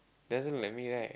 doesn't look like me right